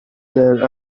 that